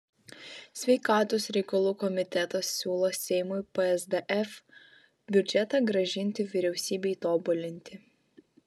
sveikatos reikalų komitetas siūlo seimui psdf biudžetą grąžinti vyriausybei tobulinti